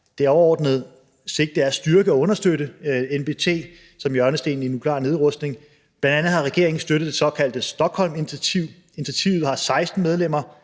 Det overordnede sigte er at styrke og understøtte NPT som hjørnestenen i den nukleare nedrustning. Bl.a. har regeringen støttet det såkaldte Stockholminitiativ. Initiativet har 16 medlemmer,